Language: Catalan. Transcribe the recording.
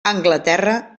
anglaterra